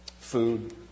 food